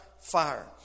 fire